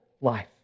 life